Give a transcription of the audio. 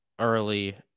early